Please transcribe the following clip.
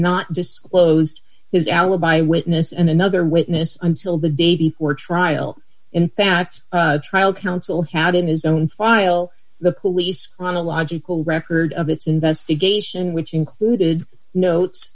not disclosed his alibi witness and another witness until the day before trial in fact trial counsel had in his own file the police chronological record of its investigation which included notes